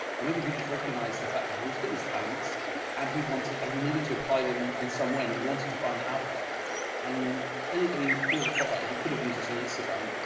or maybe he just recognized the fact that he has got these talents and he wanted, and he needed to apply them in some way and he wanted to find the outlet and any, i mean, you're quite right. he could have used this on instagram.